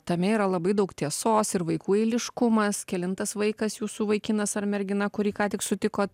tame yra labai daug tiesos ir vaikų eiliškumas kelintas vaikas jūsų vaikinas ar mergina kurį ką tik sutikot